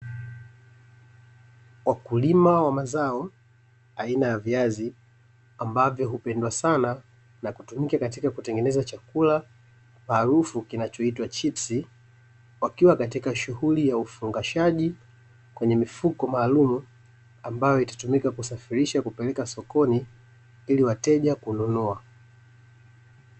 Wakulima wa mazao aina ya viazi, ambavyo hupendwa sana na kutumika katika kutengeneza chakula maarufu kinachoitwa chipsi, wakiwa katika shughuli ya ufungashaji kwenye mifuko maalumu ambayo itatumika kusafirisha kupeleka sokoni ili wateja kununua.